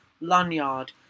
lanyard